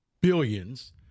billions